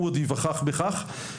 הוא עוד ייווכח בכך.